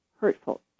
hurtful